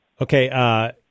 Okay